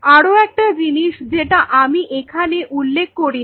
আরও একটা জিনিস যেটা আমি এখানে উল্লেখ করিনি